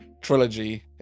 trilogy